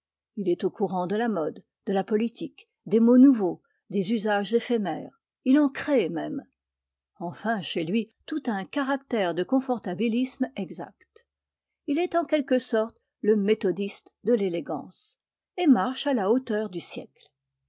il est au courant de la mode de la politique des mots nouveaux des usages éphémères il en crée même enfin chez lui tout a un caractère de confortabilisme exact il est en quelque sorte le ynéthodiste de l'élégance et marche à la hauteur du siècle